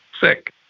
sick